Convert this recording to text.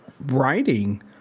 writing